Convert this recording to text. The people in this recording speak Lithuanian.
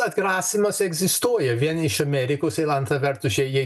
atgrasymas egzistuoja vien iš amerikos antra vertus čia jei